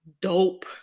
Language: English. dope